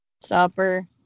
Supper